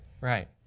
right